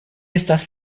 estas